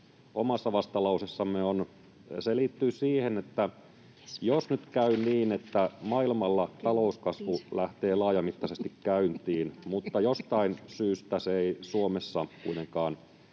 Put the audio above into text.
omassa vastalauseessamme on, liittyy siihen, että jos nyt käy niin, että maailmalla talouskasvu lähtee laajamittaisesti käyntiin mutta jostain syystä se ei Suomessa kuitenkaan